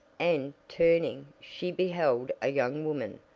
and, turning, she beheld a young woman,